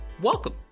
Welcome